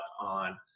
on